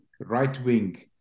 right-wing